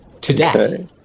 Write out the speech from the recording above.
today